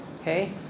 Okay